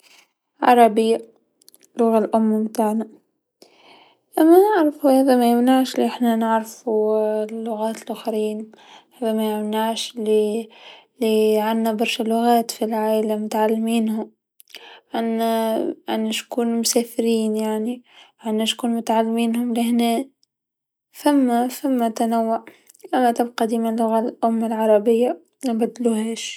العربيه اللغه الأم متاعنا، أما نعرفو هذا مايمنعش لحنا نعرفو لللغات لوخرين، هذا ما يمنعش لي، لي عندنا برشا لغات في العايله متعلمينهم، عندنا عندنا شكون مسافرين يعني، عندنا شكون متعلمينهم غي هنا، فما فما تنوع، أما تبقى ديما اللغه الأم العربيه منبدلوهاش.